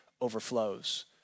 overflows